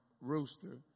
rooster